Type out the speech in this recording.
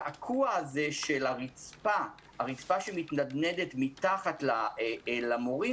הקעקוע הזה של הרצפה שמתנדנדת מתחת למורים